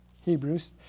Hebrews